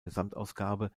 gesamtausgabe